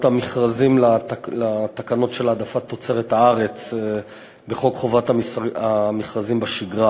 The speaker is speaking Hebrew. המכרזים לתקנות העדפת תוצרת הארץ בחוק חובת המכרזים בשגרה.